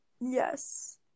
Yes